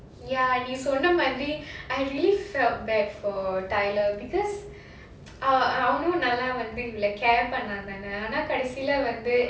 ya and நீ சொன்ன மாதிரி:nee sonna maadhiri I really felt bad for tyler because அவனும் நல்லா வந்து:avanum nallaa vanthu care பண்ணதானே கடைசில வந்து:pannadhanae kadaisila vandhu